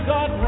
God